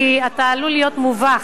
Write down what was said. כי אתה עלול להיות מובך,